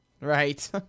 Right